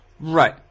Right